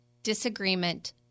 Disagreement